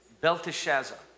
Belteshazzar